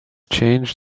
changed